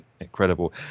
incredible